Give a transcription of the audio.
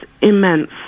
immense